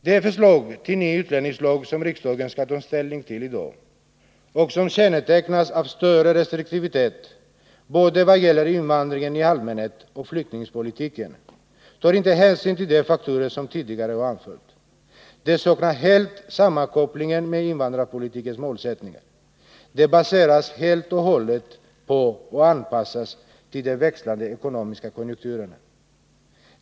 Det förslag till ny utlänningslag som riksdagen skall ta ställning till i dag och som kännetecknas av större restriktivitet både vad gäller invandringen i allmänhet och flyktingpolitiken, tar inte hänsyn till de faktorer jag tidigare har anfört. Det saknar helt sammankopplingen med invandrarpolitikens målsättningar. Det baseras helt och hållet på och anpassas till de växlande ekonomiska konjunkturerna.